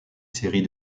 série